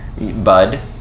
Bud